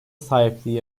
sahipliği